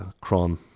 cron